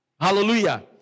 Hallelujah